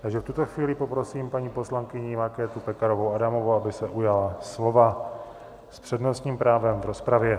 Takže v tuto chvíli poprosím paní poslankyni Markétu Pekarovou Adamovou, aby se ujala slova s přednostním právem v rozpravě.